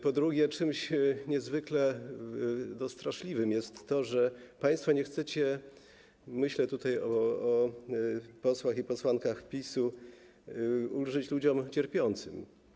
Po drugie, czymś niezwykle straszliwym jest to, że państwo nie chcecie - myślę tutaj o posłach i posłankach PiS-u - ulżyć ludziom cierpiącym.